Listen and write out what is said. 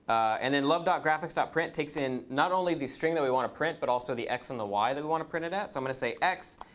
and then love graphics print takes in not only the string that we want to print, but also the x and the y that we want to print it at. so i'm going to say x,